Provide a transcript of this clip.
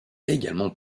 également